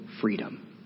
freedom